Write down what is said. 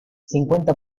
cincuenta